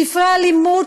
ספרי הלימוד